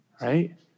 right